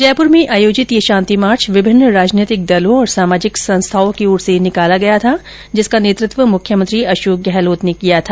जयपुर में आयोजित ये शांतिमार्च विभिन्न राजनैतिक दलों और सामाजिक संस्थानों की ओर से निकाला गया था जिसका नेतृत्व मुख्यमंत्री अशोक गहलोत ने किया था